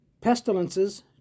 Pestilences